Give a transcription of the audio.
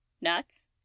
Nuts